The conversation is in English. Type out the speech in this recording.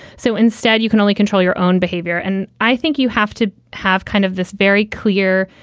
so instead, you can only control your own behavior. and i think you have to have kind of this very clear,